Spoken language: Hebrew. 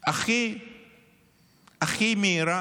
הכי מהירה.